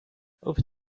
open